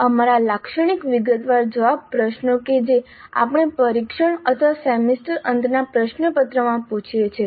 અમારા લાક્ષણિક વિગતવાર જવાબ પ્રશ્નો કે જે આપણે પરીક્ષણ અથવા સેમેસ્ટર અંતના પ્રશ્નપત્રમાં પૂછીએ છીએ